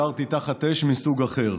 הכרתי תחת אש מסוג אחר,